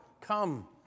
Come